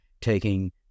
taking